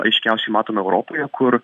aiškiausiai matome europoje kur